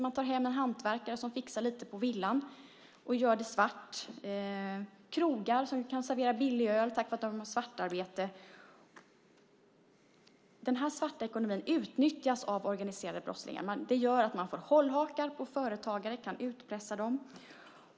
Man tar hem en hantverkare som fixar lite på villan och gör det svart. Krogar kan servera billig öl på grund av att de har svartarbetare. Den svarta ekonomin utnyttjas av den organiserade brottsligheten. Man får hållhakar på företagare och kan utpressa dem.